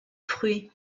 fruits